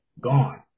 gone